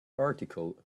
article